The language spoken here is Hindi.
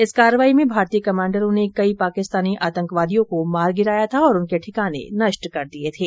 इस कार्रवाई में भारतीय कमांडरों ने कई पाकिस्तानी आतंकवादियों को मार गिराया था और उनके ठिकाने नष्ट कर दिए थे